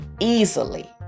Easily